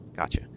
gotcha